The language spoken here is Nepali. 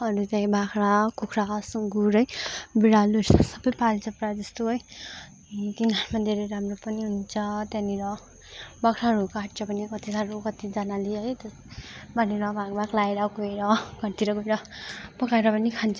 अरू चाहिँ बाख्रा कुखरा सुँगुर है बिरालु सबै पाल्छ प्रायः जस्तो है किनभने धेरै राम्रो पनि हुन्छ त्यहाँनिर बाख्राहरू काट्छ भने कति साह्रो कतिजनाले है बाँडेर भाग भाग लाएर गएर घरतिर गएर पकाएर पनि खान्छ